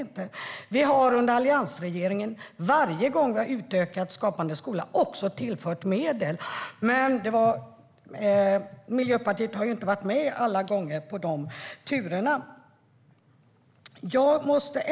Det stämmer inte. Under alliansregeringen tillförde vi också medel varje gång vi utökade Skapande skola. Men Miljöpartiet har ju inte varit med på de turerna alla gånger.